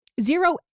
zero